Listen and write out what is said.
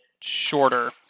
shorter